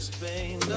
Spain